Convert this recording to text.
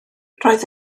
roedd